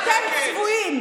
אתם צבועים.